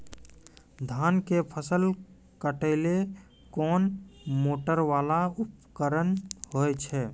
धान के फसल काटैले कोन मोटरवाला उपकरण होय छै?